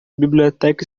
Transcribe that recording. biblioteca